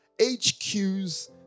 HQs